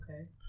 Okay